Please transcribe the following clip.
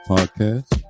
Podcast